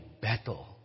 battle